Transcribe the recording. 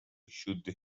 should